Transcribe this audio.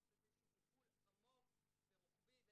צריכים לתת טיפול עמוק ורוחבי מותאם לילד,